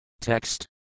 Text